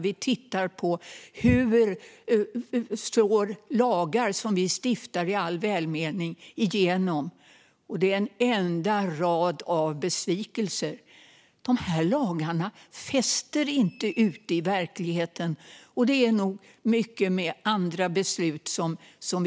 Vi tittar på hur lagar som vi i all välmening stiftar slår igenom, och det är en rad av besvikelser. Lagarna fäster inte ute i verkligheten, och det är nog mycket med andra beslut som vi tar.